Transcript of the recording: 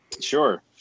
Sure